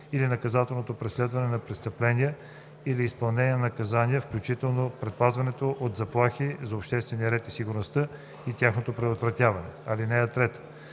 или наказателното преследване на престъпления или изпълнението на наказания, включително предпазването от заплахи за обществения ред и сигурност и тяхното предотвратяване. (3) Целта